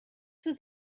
was